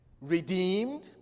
redeemed